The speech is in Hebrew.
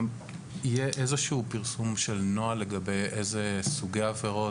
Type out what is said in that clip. יהיה פרסום של נוהל לגבי אילו סוגי עבירות,